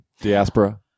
Diaspora